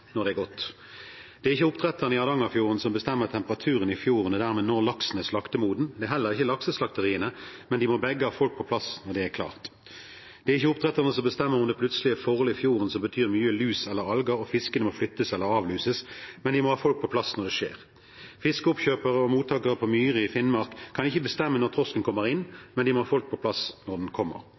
Det er ikke oppdretterne i Hardangerfjorden som bestemmer temperaturen i fjorden, og dermed når laksen er slaktemoden, det er heller ikke lakseslakteriene, men de må begge ha folk på plass når det er klart. Det er ikke oppdretterne som bestemmer om det plutselig er forhold i fjorden som betyr at det blir mye lus eller alger, og at fiskene må flyttes eller avluses, men de må ha folk på plass når det skjer. Fiskeoppkjøpere og -mottakere på Myre i Finnmark kan ikke bestemme når torsken kommer inn, men de må ha folk på plass når den kommer.